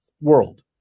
world